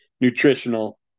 nutritional